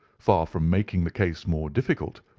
far from making the case more difficult,